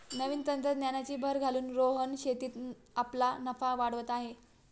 नवीन तंत्रज्ञानाची भर घालून रोहन शेतीत आपला नफा वाढवत आहे